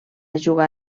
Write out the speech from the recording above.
jugar